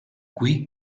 qui